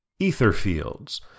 Etherfields